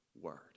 word